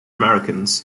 americans